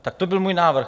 Tak to byl můj návrh.